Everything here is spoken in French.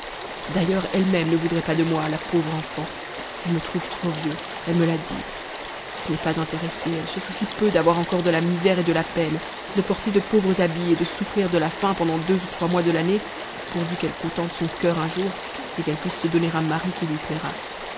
d'ailleurs elle-même ne voudrait pas de moi la pauvre enfant elle me trouve trop vieux elle me l'a dit elle n'est pas intéressée elle se soucie peu d'avoir encore de la misère et de la peine de porter de pauvres habits et de souffrir de la faim pendant deux ou trois mois de l'année pourvu qu'elle contente son cur un jour et qu'elle puisse se donner à un mari qui lui plaira